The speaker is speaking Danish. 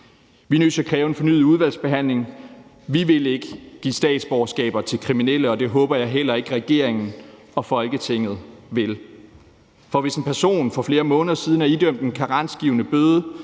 til at kræve en fornyet udvalgsbehandling. Vi vil ikke give statsborgerskaber til kriminelle, og det håber jeg heller ikke at regeringen og Folketinget vil. For hvis en person for flere måneder siden er idømt en karensgivende bøde,